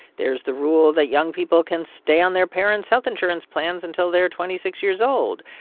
there's the rule that young people can stay on their parents' health insurance plans until they're twenty six years old.